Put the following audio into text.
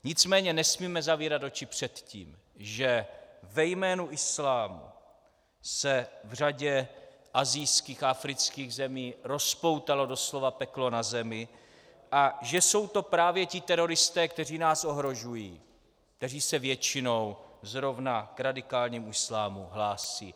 Nicméně nesmíme zavírat oči před tím, že ve jménu islámu se v řadě asijských a afrických zemích rozpoutalo doslova peklo na zemi a že jsou to právě ti teroristé, kteří nás ohrožují, kteří se většinou zrovna k radikálnímu islámu hlásí.